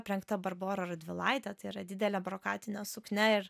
aprengta barbora radvilaitė tai yra didelė brokatinio suknia ir